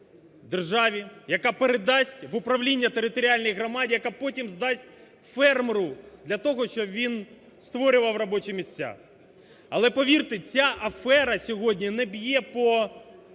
яка передасть в управління територіальній громаді, яка потім здасть фермеру для того, щоб він створював робочі місця. Але, повірте, ця афера сьогодні не б'є по